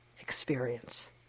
experience